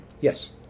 Yes